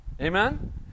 Amen